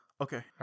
Okay